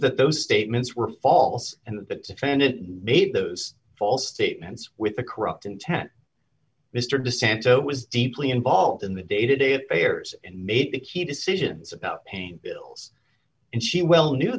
that those statements were false and that the defendant made those false statements with a corrupt intent mr de santo was deeply involved in the day to day affairs and made the key decisions about pain pills and she well knew